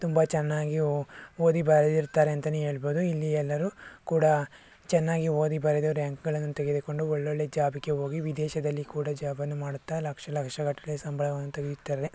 ತುಂಬ ಚೆನ್ನಾಗಿ ಓದಿ ಬರೆದಿರ್ತಾರೆ ಅಂತಲೂ ಹೇಳ್ಬೋದು ಇಲ್ಲಿ ಎಲ್ಲರೂ ಕೂಡ ಚೆನ್ನಾಗಿ ಓದಿ ಬರೆದು ರ್ಯಾಂಕ್ಗಳನ್ನು ತೆಗೆದುಕೊಂಡು ಒಳ್ಳೊಳ್ಳೆ ಜಾಬಿಗೆ ಹೋಗಿ ವಿದೇಶದಲ್ಲಿ ಕೂಡ ಜಾಬನ್ನು ಮಾಡುತ್ತಾ ಲಕ್ಷ ಲಕ್ಷಗಟ್ಟಲೆ ಸಂಬಳವನ್ನು ತೆಗೆಯುತ್ತಾರೆ